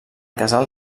casal